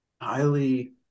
highly